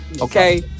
Okay